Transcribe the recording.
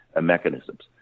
mechanisms